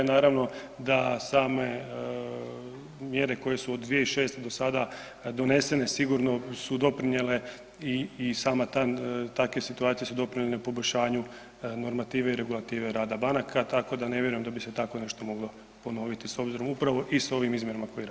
Naravno da same mjere koje su od 2006. do sada donesene sigurno su doprinijele i same takve situacije su doprinijele poboljšanju normative i regulative rada banaka, tako da ne vjerujem da bi se tako nešto moglo ponoviti s obzirom i upravo s ovim izmjenama koje radimo.